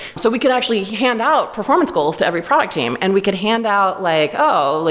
so we could actually hand out performance goals to every product team and we could hand out like oh, like